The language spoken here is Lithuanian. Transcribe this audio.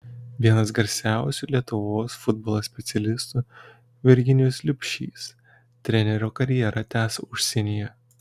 vienas garsiausių lietuvos futbolo specialistų virginijus liubšys trenerio karjerą tęs užsienyje